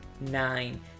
nine